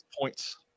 points